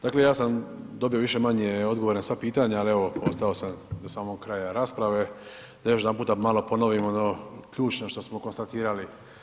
Dakle, ja sam dobio više-manje odgovore na sva pitanja, ali evo ostao sam do samog kraja rasprave da još jedanputa malo ponovimo ono ključno što smo konstatirali.